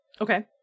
Okay